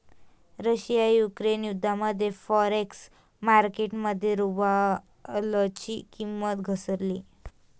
Russia Ukraine युद्धामुळे forex market मध्ये रुबलची किंमत घसरली